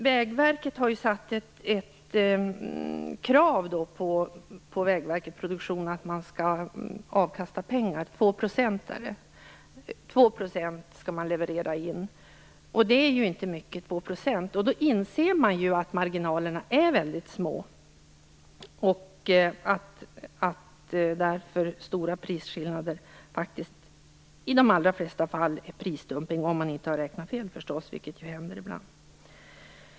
Vägverket har ju ställt krav på Vägverket Produktion, att avkastningen skall vara 2 %, och det är ju inte mycket. Marginalerna är väldigt små. Därför innebär stora prisskillnader i de allra flesta fall prisdumpning, om man inte har räknat fel förstås, vilket händer ibland.